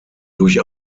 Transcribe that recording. durch